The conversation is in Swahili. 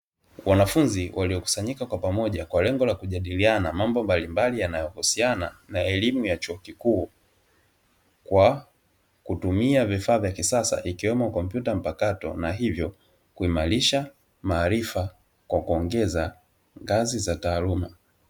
Wanafunzi waliokusanyika kwa pamoja, kwa lengo la kujadiliana mambo mbalimbali yanayohusiana na elimu ya chuo kikuu, kwa kutumia vifaa vya kisasa; ikiwemo kompyuta mpakato na hivyo kuimarisha maarifa kwa kuongeza ngazi za taaluma.